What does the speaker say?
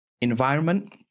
environment